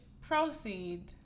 Proceed